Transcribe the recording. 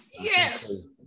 Yes